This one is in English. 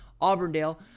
Auburndale